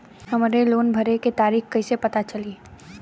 हमरे लोन भरे के तारीख कईसे पता चली?